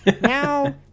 now